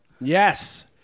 Yes